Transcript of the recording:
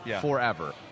forever